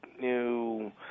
new